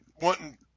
wanting